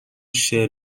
شعر